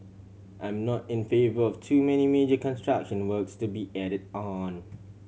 I'm not in favour of too many major construction works to be added on